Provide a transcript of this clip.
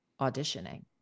auditioning